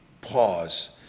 pause